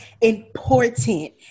important